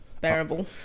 bearable